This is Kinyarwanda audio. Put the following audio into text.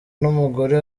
n’umugore